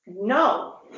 No